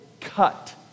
cut